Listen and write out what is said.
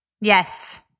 Yes